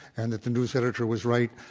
and that the news editor was right,